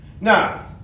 Now